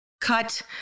cut